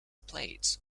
plates